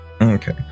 Okay